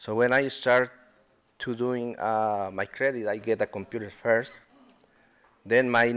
so when i start to doing my credit i get the computers first then my